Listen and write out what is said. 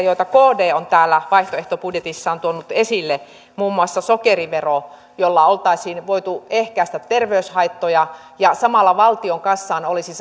joita kd on täällä vaihtoehtobudjetissaan tuonut esille muun muassa sokeriveron jolla oltaisiin voitu ehkäistä terveyshaittoja ja samalla valtion kassaan olisi